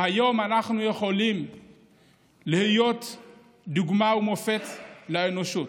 והיום אנחנו יכולים להיות דוגמה ומופת לאנושות.